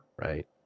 right